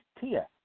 Tia